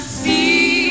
see